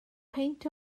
peint